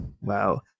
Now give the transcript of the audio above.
Wow